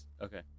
okay